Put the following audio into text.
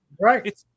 Right